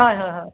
হয় হয় হয়